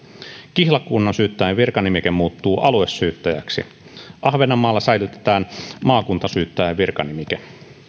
kihlakunnansyyttäjän virkanimike muuttuu aluesyyttäjäksi ahvenanmaalla säilytetään maakuntasyyttäjän virkanimike